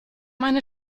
meine